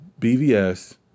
bvs